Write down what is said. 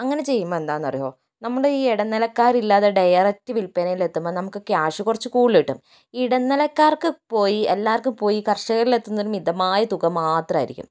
അങ്ങനെ ചെയ്യുമ്പോൾ എന്താണെന്നറിയുമോ നമ്മുടെ ഈ ഇടനിലക്കാരില്ലാതെ ഡയറക്ട് വില്പനയിൽ എത്തുമ്പോൾ നമുക്ക് ക്യാഷ് കുറച്ച് കൂടുതൽ കിട്ടും ഇടനിലക്കാർക്ക് പോയി എല്ലാവർക്കും പോയി കർഷകരിൽ എത്തുന്നത് മിതമായ തുക മാത്രമായിരിക്കും